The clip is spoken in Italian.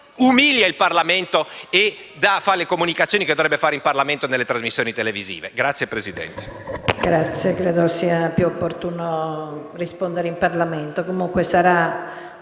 umilia il Parlamento e fa le comunicazioni che dovrebbe fare in Parlamento nelle trasmissioni televisive.